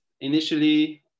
initially